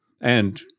And